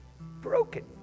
broken